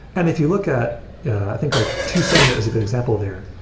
and if you look at i think like two sigma is a good example there.